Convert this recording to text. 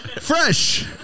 fresh